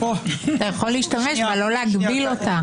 אתה יכול להשתמש בה, לא להגביל אותה.